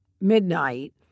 midnight